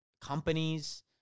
companies